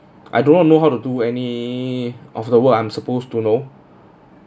I don't want to know how to do any of the work I'm supposed to know